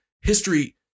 history